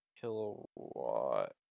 Kilowatt